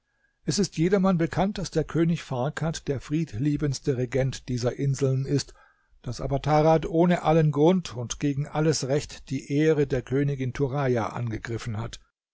es ist jedermann bekannt daß der könig farkad der friedliebendste regent dieser inseln ist daß aber tarad ohne allen grund und gegen alles recht die ehre der königin turaja angegriffen hat